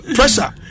Pressure